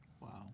Wow